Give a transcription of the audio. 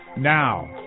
Now